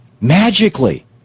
magically